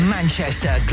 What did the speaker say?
Manchester